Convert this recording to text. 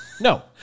No